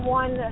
one